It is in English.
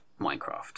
Minecraft